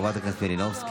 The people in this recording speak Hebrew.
חברת הכנסת מלינובסקי.